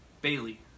Bailey